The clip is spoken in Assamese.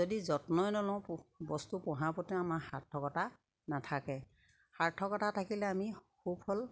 যদি যত্নই নলওঁ বস্তু পোহাৰ প্ৰতি আমাৰ সাৰ্থকতা নাথাকে সাৰ্থকতা থাকিলে আমি সুফল